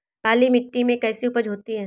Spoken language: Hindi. काली मिट्टी में कैसी उपज होती है?